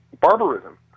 barbarism